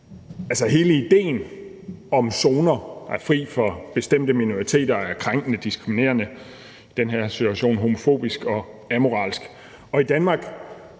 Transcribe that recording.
Altså, hele idéen om zoner, der er fri for bestemte minoriteter, er krænkende, diskriminerende, i den her situation homofobisk og amoralsk. Og i Danmark,